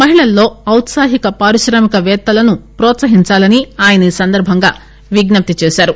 మహిళల్లో ఔత్పాహిక పారిశ్రామికవేత్తలను ప్రోత్పహించాలని ఆయన ఈ సందర్భంగా విజ్న ప్తి చేశారు